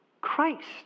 Christ